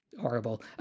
Horrible